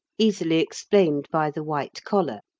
easily explained by the white collar,